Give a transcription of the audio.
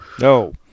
No